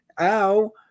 ow